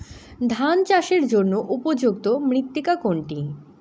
ধান চাষের জন্য উপযুক্ত মৃত্তিকা কোনটি?